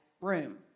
room